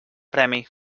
premi